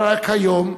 אבל כיום,